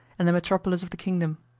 and the metropolis of the kingdom.